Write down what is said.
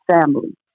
family